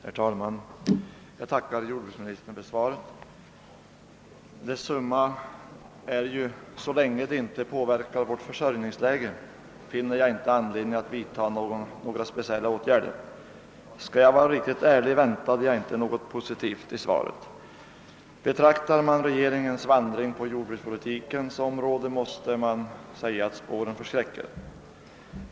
Herr talman! Jag tackar jordbruksministern för svaret. Dess summa är att så länge vårt försörjningsläge inte påverkas finns ingen anledning att vidta några speciella åtgärder. Skall jag vara riktigt ärlig måste jag säga, att jag inte väntade något positivt svar. Om man betraktar regeringens handlande på jordbrukspolitikens område måste man säga att spåren förskräcker.